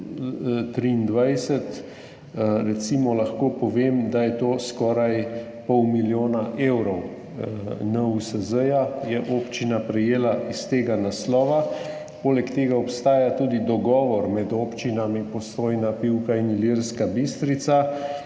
recimo povem, da je to skoraj pol milijona evrov NUSZ, ki ga je občina prejela iz tega naslova. Poleg tega obstaja tudi dogovor med občinami Postojna, Pivka in Ilirska Bistrica,